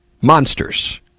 Monsters